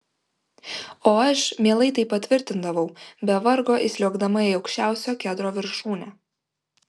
o aš mielai tai patvirtindavau be vargo įsliuogdama į aukščiausio kedro viršūnę